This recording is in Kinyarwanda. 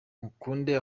mukunde